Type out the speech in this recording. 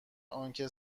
آنکه